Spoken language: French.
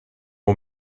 aux